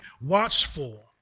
watchful